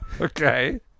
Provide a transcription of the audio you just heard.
Okay